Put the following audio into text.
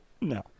No